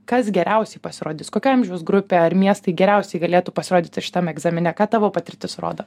kas geriausiai pasirodys kokia amžiaus grupė ar miestai geriausiai galėtų pasirodyti šitam egzamine kad tavo patirtis rodo